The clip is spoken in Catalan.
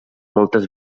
moltes